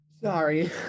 Sorry